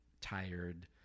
tired